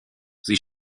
sie